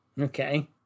Okay